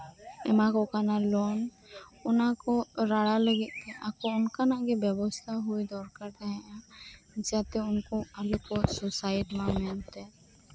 ᱮᱢᱟᱠᱚ ᱠᱟᱱᱟ ᱞᱳᱱ ᱚᱱᱟ ᱠᱚ ᱨᱟᱲᱟ ᱞᱟᱹᱜᱤᱫ ᱛᱮ ᱟᱠᱚ ᱚᱱᱠᱟᱱᱟᱜ ᱜᱮ ᱵᱮᱵᱚᱥᱛᱷᱟ ᱦᱩᱭ ᱫᱚᱠᱟᱨ ᱛᱟᱦᱮᱸᱜ ᱠᱟᱱᱟ ᱡᱟᱛᱮ ᱩᱱᱠᱩ ᱠᱚ ᱟᱞᱚ ᱠᱚ ᱥᱩᱥᱟᱭᱤᱰ ᱢᱟ ᱢᱮᱱᱛᱮ